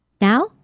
Now